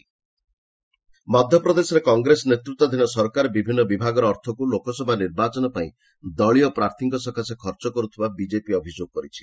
BJP Congress ମଧ୍ୟପ୍ରଦେଶରେ କଂଗ୍ରେସ ନେତୃତ୍ୱାଧୀନ ସରକାର ବିଭିନ୍ନ ବିଭାଗର ଅର୍ଥକୁ ଲୋକସଭା ନିର୍ବାଚନ ପାଇଁ ଦଳୀୟ ପ୍ରାର୍ଥୀମାନଙ୍କ ସକାଶେ ଖର୍ଚ୍ଚ କରୁଥିବା ବିକେପି ଅଭିଯୋଗ କରିଛି